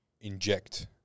inject